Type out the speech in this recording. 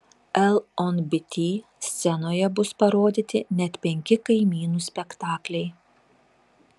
lnobt scenoje bus parodyti net penki kaimynų spektakliai